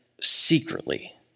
secretly